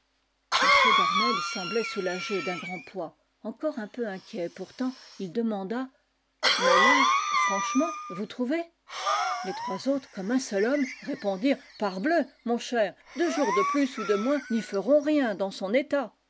m d'arnelles semblait soulagé d'un grand poids encore un peu inquiet pourtant il demanda mais là franchement vous trouvez les trois autres comme un seul homme répondirent parbleu mon cher deux jours de plus ou de moins n'y feront rien dans son état